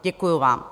Děkuji vám.